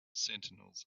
sentinels